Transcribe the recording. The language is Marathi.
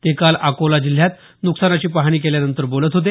ते काल अकोला जिल्ह्यात नुकसानाची पाहणी केल्यानंतर बोलत होते